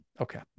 Okay